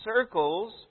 circles